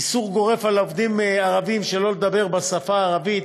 איסור גורף על עובדים ערבים לדבר בשפה הערבית